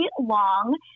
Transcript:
long